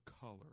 color